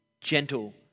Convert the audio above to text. gentle